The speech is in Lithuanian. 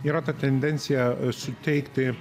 yra ta tendencija suteikti